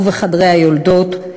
ובחדרי היולדות,